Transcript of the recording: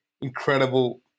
Incredible